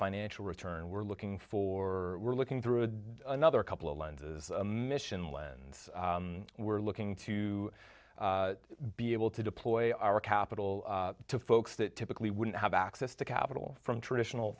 financial return we're looking for we're looking through a another couple of lenses a mission lens we're looking to be able to deploy our capital to folks that typically wouldn't have access to capital from traditional